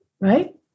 Right